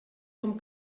com